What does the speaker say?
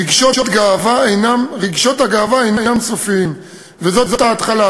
רגשות הגאווה אינם סופיים, וזאת ההתחלה.